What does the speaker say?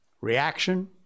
Reaction